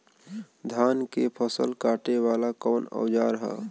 धान के फसल कांटे वाला कवन औजार ह?